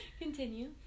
Continue